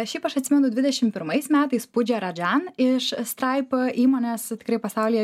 šiaip aš atsimenu dvidešimt pirmais metais pudžia ragan iš straip įmonės tikrai pasaulyje